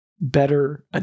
better